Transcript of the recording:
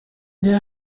der